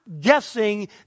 guessing